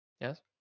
yes